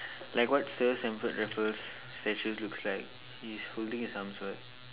like what Sir Stamford Raffles statue looks like he is holding his arms what